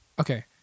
Okay